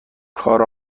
کار